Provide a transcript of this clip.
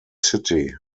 city